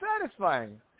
satisfying